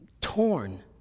torn